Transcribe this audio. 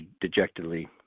dejectedly